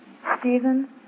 Stephen